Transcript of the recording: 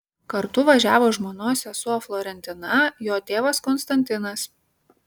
kartu važiavo žmonos sesuo florentina jo tėvas konstantinas